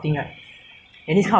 and this COVID has cost like